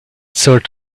sort